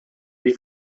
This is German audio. die